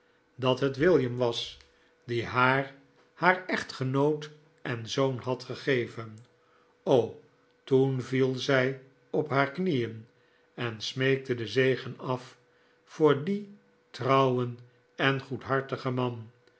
dat het william was die haar haar echtgenoot en zoon had gegeven o toen viel zij op haar knieen en smeekte den zegen af voor dien trouwen en goedhartigen man